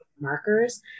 markers